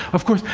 of course,